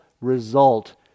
result